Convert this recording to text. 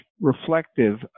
reflective